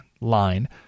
line